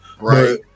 Right